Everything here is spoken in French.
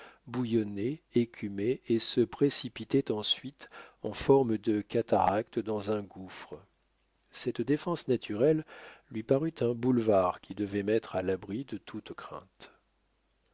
bouillonnait écumait et se précipitait ensuite en forme de cataracte dans un gouffre cette défense naturelle lui parut un boulevard qui devait mettre à l'abri de toute crainte